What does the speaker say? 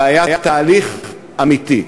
והיה תהליך אמיתי.